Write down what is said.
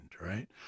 right